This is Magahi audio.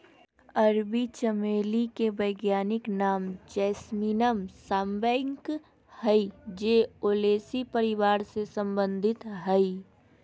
अरबी चमेली के वैज्ञानिक नाम जैस्मीनम सांबैक हइ जे ओलेसी परिवार से संबंधित हइ